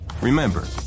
Remember